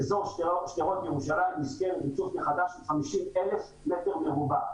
באזור שדרות ירושלים יזכה בעיצוב מחדש של 50,000 מטר מרובע.